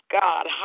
God